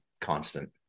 constant